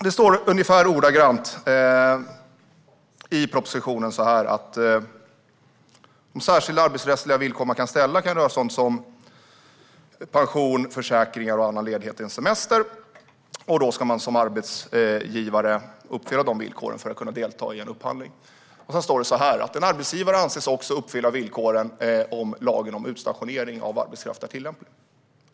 Det står ungefär så här i propositionen: De särskilda arbetsrättsliga villkor man kan ställa kan röra sig om sådant som pension, försäkringar och annan ledighet än semester. Man ska som arbetsgivare uppfylla dessa villkor för att kunna delta i en upphandling. Vidare står det: En arbetsgivare anses också uppfylla villkoren om lagen om utstationering av arbetskraft är tillämplig.